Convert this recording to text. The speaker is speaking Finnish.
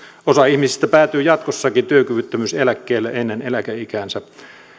osa ihmisistä päätyy jatkossakin työkyvyttömyyseläkkeelle ennen eläkeikäänsä